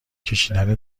کشیدن